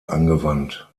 angewandt